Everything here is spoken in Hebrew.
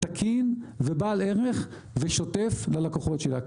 תקין ובעל ערך ושוטף ללקוחות שלה,